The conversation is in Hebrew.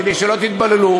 כדי שלא תתבוללו.